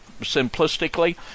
simplistically